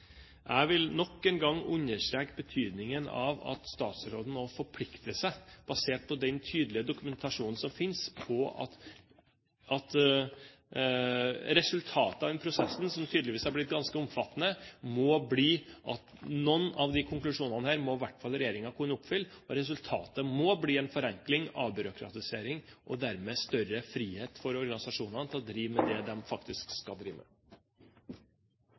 Jeg vil nok en gang understreke betydningen av at statsråden, basert på den tydelige dokumentasjonen som finnes, må forplikte seg på at resultatet av prosessen, som tydeligvis er blitt ganske omfattende, må bli at noen av disse konklusjonene må i hvert fall regjeringen kunne følge opp. Resultatet må bli forenkling, avbyråkratisering og dermed større frihet for organisasjonene til å drive med det de faktisk skal drive med.